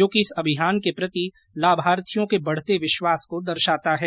जो कि इस अभियान के प्रति लाभार्थियों के बढ़ते विश्वास को दर्शाता है